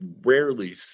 rarely